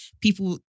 people